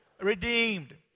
redeemed